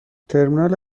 ترمینال